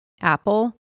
Apple